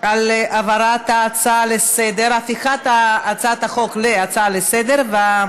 על הפיכת הצעת החוק להצעה לסדר-היום